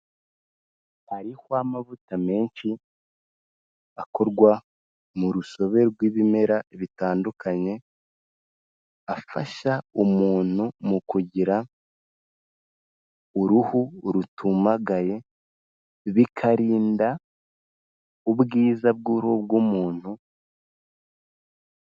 Hariho amavuta menshi akorwa mu rusobe rw'ibimera bitandukanye, afasha umuntu mu kugira uruhu rutumagaye, bikarinda ubwiza bw'uruhu rw'umuntu.